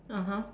(uh huh)